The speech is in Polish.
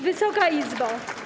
Wysoka Izbo!